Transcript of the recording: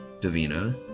Davina